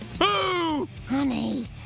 Honey